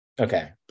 okay